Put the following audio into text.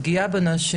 פגיעה בנשים,